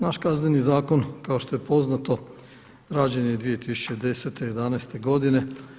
Naš Kazneni zakon kao što je poznato rađen je 2010., jedanaeste godine.